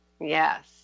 Yes